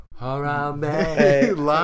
Harambe